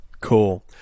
Cool